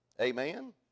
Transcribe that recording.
Amen